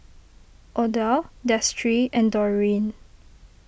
Odile Destry and Dorene